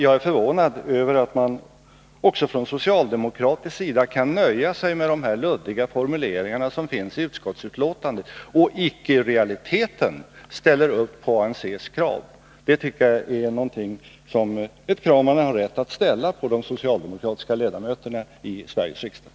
Jag är förvånad över att man också från socialdemokratisk sida nöjer sig med de luddiga formuleringar som finns i utskottsbetänkandet och icke i realiteten ställer upp på ANC:s krav. Det tycker jag är ett krav som man har rätt att ställa på de socialdemokratiska ledamöterna i Sveriges riksdag.